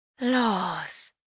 Laws